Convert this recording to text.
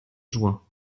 juin